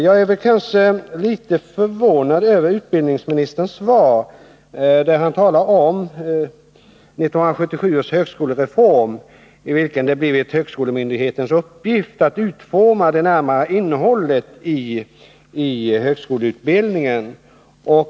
Jag är litet förvånad över utbildningsministerns svar, där han talar om 1977 års högskolereform, i vilken det blivit högskolemyndighetens uppgift att utforma det närmare innehållet i högskoleutbildningen.